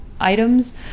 items